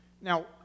Now